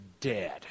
dead